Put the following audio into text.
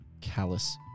Callous